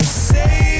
say